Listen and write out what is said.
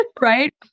right